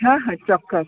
હા હા ચોક્કસ